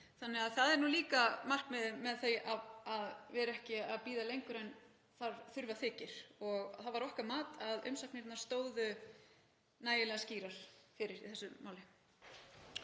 Þannig að það er líka markmiðið með því að vera ekki að bíða lengur en þurfa þykir og það var okkar mat að umsagnirnar stóðu nægilega skýrar fyrir í þessu máli.